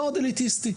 מאד אליטיסטי.